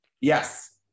yes